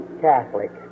Catholic